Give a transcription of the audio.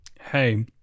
hey